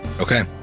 Okay